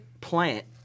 plant